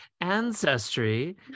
ancestry